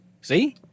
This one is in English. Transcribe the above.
See